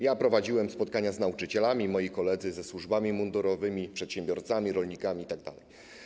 Ja prowadziłem spotkania z nauczycielami, moi koledzy ze służbami mundurowymi, przedsiębiorcami, rolnikami itd.